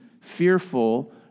fearful